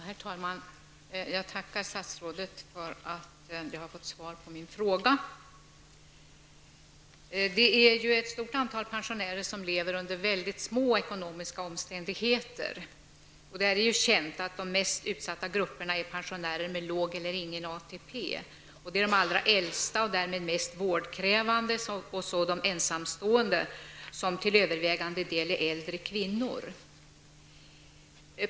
Herr talman! Jag tackar statsrådet för att jag har fått svar på min fråga. Det är ju ett stort antal pensionärer som lever under mycket små ekonomiska omständigheter. Det är känt att de mest utsatta grupperna är pensionärer med låg eller ingen ATP. Det är de allra äldsta och därmed mest vårdkrävande och de ensamstående, som till övervägande del är äldre kvinnor.